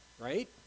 right